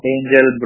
Angel